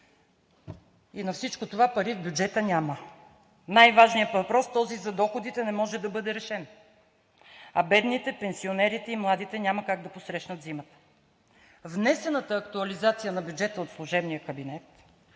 и на всичко това пари в бюджета няма. Най-важният въпрос, този за доходите, не може да бъде решен, а бедните, пенсионерите и младите няма как да посрещнат зимата. Внесената актуализация на бюджета от служебния кабинет